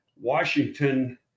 Washington